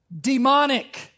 demonic